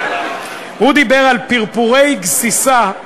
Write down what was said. הוא דיבר על פרפורי גסיסה.